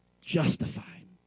justified